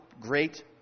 great